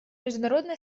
международное